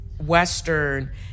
Western